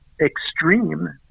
extreme